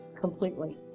completely